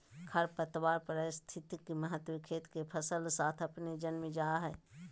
खरपतवार पारिस्थितिक महत्व खेत मे फसल साथ अपने जन्म जा हइ